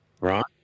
Right